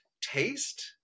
taste